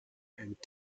and